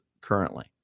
currently